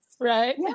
Right